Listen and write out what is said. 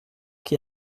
qui